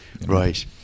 right